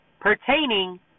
pertaining